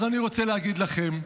אז אני רוצה להגיד לכם,